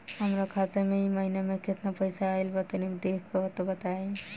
हमरा खाता मे इ महीना मे केतना पईसा आइल ब तनि देखऽ क बताईं?